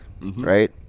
right